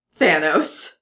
Thanos